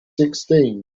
sixteen